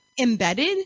embedded